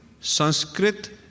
Sanskrit